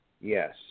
yes